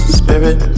spirit